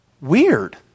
weird